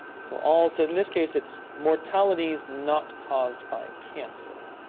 so, also, in this case, it's mortalities not caused by cancer.